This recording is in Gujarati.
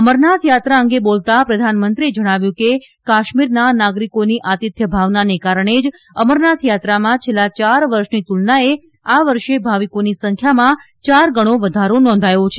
અમરનાથ યાત્રા અંગે બોલતાં પ્રધાનમંત્રીએ જણાવ્યું હતું કે કાશ્મીરના નાગરીકોની આતિથ્ય ભાવનાને કારણે જ અમરનાથ યાત્રામાં છેલ્લા યાર વર્ષની તુલનાએ આ વર્ષે ભાવિકોની સંખ્યામાં ચાર ગણો વધારો નોંધાયો છે